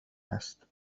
هست